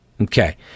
Okay